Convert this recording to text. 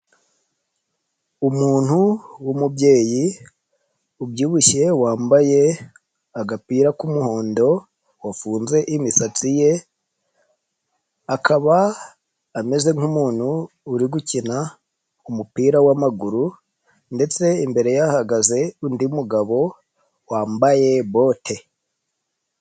Umuntu, w'umubyeyi, ubyibushye wambaye agapira k'umuhondo, wafunze imisatsi ye. Akaba, ameze nk'umuntu, uri gukina umupira w'amaguru, ndetse imbere ye hahagaze undi mugabo, wambaye bote.